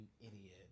idiot